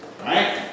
Right